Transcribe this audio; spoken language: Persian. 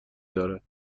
دارد